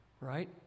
right